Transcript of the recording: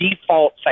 default